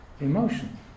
emotion